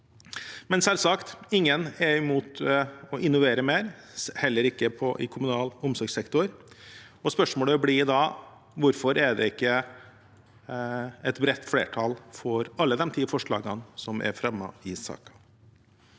er selvsagt ingen som er imot å innovere mer, heller ikke i kommunal omsorgssektor, og spørsmålet blir da: Hvorfor er det ikke et bredt flertall for alle de ti forslagene som er fremmet i saken?